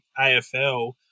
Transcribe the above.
AFL